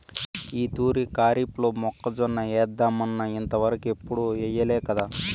ఈ తూరి కరీఫ్లో మొక్కజొన్న ఏద్దామన్నా ఇంతవరకెప్పుడూ ఎయ్యలేకదా